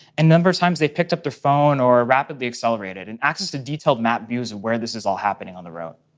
and number of times they picked up their phone or rapidly accelerated, and access a detailed map views of where this is all happening on the road.